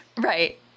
Right